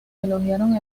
elogiaron